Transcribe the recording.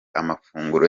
amafunguro